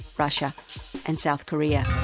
russia and south korea.